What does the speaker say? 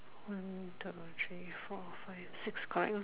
one two three four five six correct lor